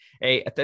hey